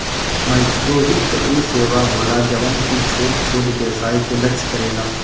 माइक्रोवित्त उ सेवा होला जवन की छोट छोट व्यवसाय के लक्ष्य करेला